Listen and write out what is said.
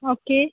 okay